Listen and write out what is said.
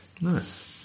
Nice